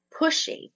pushy